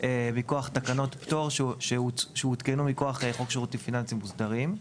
מכוח תקנות הפטור שהותקנו מכוח החוק שירותים פיננסיים מוסדרים.